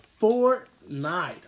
Fortnite